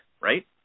right